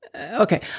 Okay